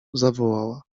zawołała